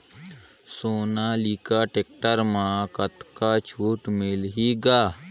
Sonalika tractor म कतका छूट मिलही ग?